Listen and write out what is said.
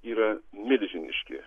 yra milžiniški